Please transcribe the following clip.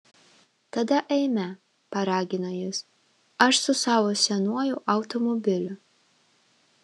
tada eime paragino jis aš su savo senuoju automobiliu